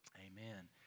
Amen